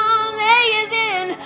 amazing